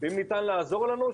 אם ניתן לעזור לנו,